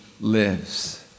lives